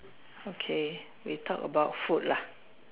okay we talk about food lah